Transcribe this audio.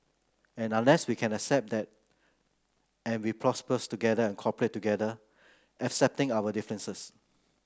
and unless we can accept that every prospers together cooperate together accepting our differences